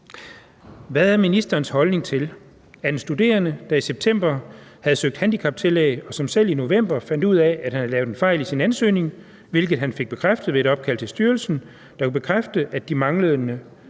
Hvad er ministerens holdning til, at en studerende, der i september havde søgt handicaptillæg, og som selv i november fandt ud af, at han havde lavet en fejl i sin ansøgning, hvilket han fik bekræftet ved et opkald til styrelsen, der kunne bekræfte, at de manglede